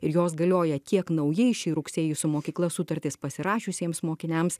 ir jos galioja tiek naujai šį rugsėjį su mokykla sutartis pasirašiusiems mokiniams